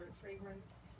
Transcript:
fragrance